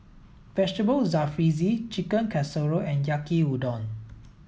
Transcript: Vegetable Jalfrezi Chicken Casserole and Yaki udon